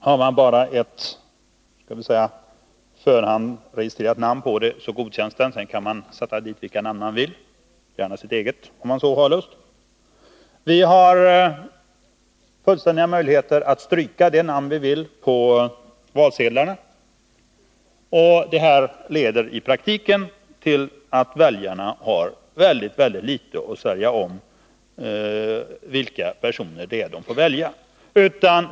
Har man bara en på förhand registrerad partibeteckning godkänns valsedeln, och sedan kan man sätta dit vilka namn man vill — gärna sitt eget, om man har lust. Vi har fullständiga möjligheter att stryka det namn vi vill stryka på valsedlarna. Detta leder i praktiken till att väljarna har mycket litet att säga när det gäller vilka personer det är som de får välja.